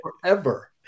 forever